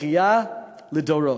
בכייה לדורות.